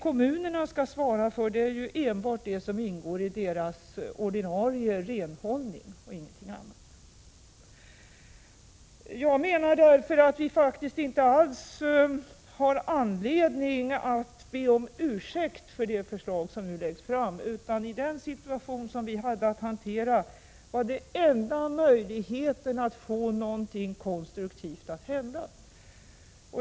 Kommunerna skall ju enbart svara för det som ingår i deras ordinarie renhållning och ingenting annat. Därför menar jag att vi faktiskt inte alls har anledning att be om ursäkt med anledning av det förslag som nu läggs fram. I den situation som vi befann oss i var det här den enda möjligheten att få någonting konstruktivt att hända.